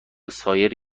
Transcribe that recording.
سایر